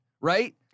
right